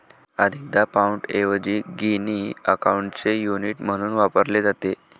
अनेकदा पाउंडऐवजी गिनी अकाउंटचे युनिट म्हणून वापरले जाते